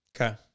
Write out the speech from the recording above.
Okay